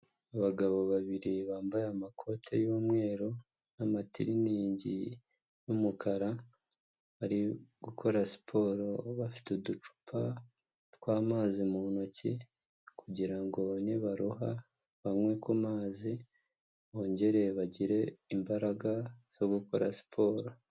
Abagabo babiri bambaye amakoti y'umweru n'amatiriningi y'umukara bari gukora siporo, bafite uducupa twamazi mu ntoki kugira ngo ni baruha banywe ku mazi bongere bagire imbaraga zo gukora siporo.